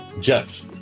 Jeff